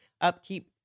upkeep